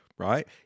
right